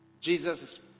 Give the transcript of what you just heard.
Jesus